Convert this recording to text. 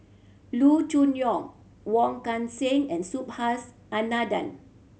Loo Choon Yong Wong Kan Seng and Subhas Anandan